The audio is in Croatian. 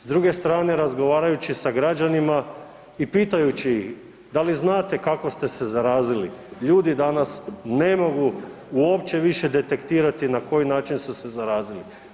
S druge strane razgovarajući sa građanima i pitajući ih da li znate kako ste se zarazili ljudi danas ne mogu uopće više detektirati na koji način su se zarazili.